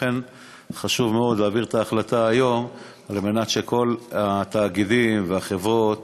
לכן חשוב מאוד להעביר את ההחלטה היום כדי שכל התאגידים והחברות